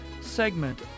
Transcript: segment